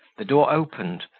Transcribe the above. the door opened,